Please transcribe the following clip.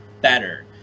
better